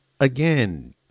Again